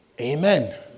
Amen